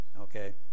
Okay